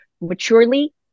maturely